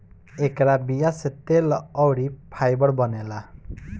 एकरा बीया से तेल अउरी फाइबर बनेला